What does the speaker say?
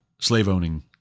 slave-owning